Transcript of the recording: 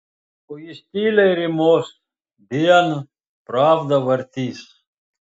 o jis tyliai rymos dieną pravdą vartys